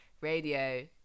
radio